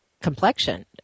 complexion